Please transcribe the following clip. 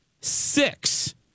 six